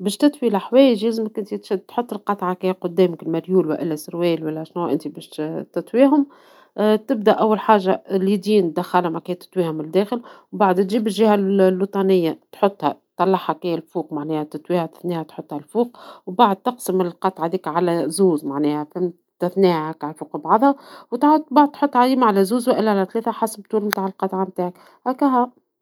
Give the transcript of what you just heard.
باش تطوي لحوايج ، يلزمك أنتي تحط القطعة كان قدامك مريول والا سروال والا شنوا انت باش تطويهم ، تبدى أول حاجة اليدين تدخلهم هكا تطويهم الداخل ، وبعدها تجيب الجهة لوطانية تحطها تطلعها كان الفوق معناها تطويها وتثنيها تحطها الفوق ، وبعد تقسم القطعة ذيكا على زوج معناها فهمت وتثنيها فوق بعضها ، وتعاو تحطها من بعد اما على زوج أو ثلاثة حسب القطعة نتاعك وهكاهو.